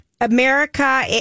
America